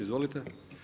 Izvolite.